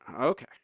Okay